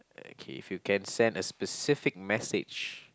okay if you can send a specific message